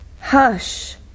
hush